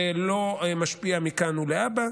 זה לא משפיע מכאן ולהבא,